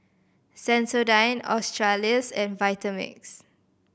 Sensodyne Australis and Vitamix